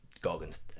Goggins